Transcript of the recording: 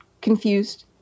confused